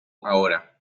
ahora